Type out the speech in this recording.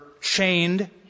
chained